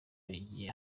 bigiye